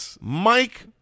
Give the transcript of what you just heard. Mike